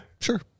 Sure